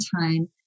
time